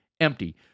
empty